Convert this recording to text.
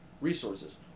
resources